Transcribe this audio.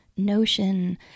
notion